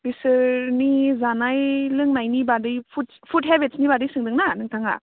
बिसोरनि जानाय लोंनायनि बादै फुडस फुड हेबिट्सनि बादै सोंदोंना नोंथाङा